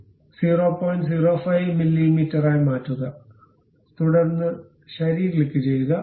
05 മില്ലീമീറ്ററായി മാറ്റുക തുടർന്ന് ശരി ക്ലിക്കുചെയ്യുക